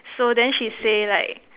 so then she say like